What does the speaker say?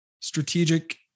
strategic